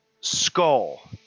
skull